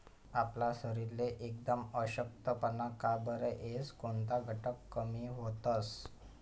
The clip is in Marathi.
आपला शरीरले एकदम अशक्तपणा का बरं येस? कोनता घटक कमी व्हतंस?